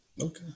Okay